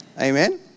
Amen